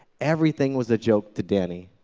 everything was a joke to danny.